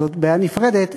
וזאת בעיה נפרדת,